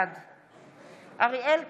בעד אריאל קלנר,